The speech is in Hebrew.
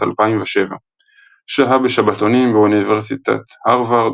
2007. שהה בשבתונים באוניברסיטת הרווארד,